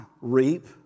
reap